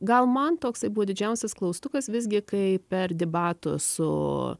gal man toksai buvo didžiausias klaustukas visgi kai per debatus su